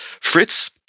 fritz